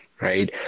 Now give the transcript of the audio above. right